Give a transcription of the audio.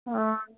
हां